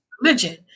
religion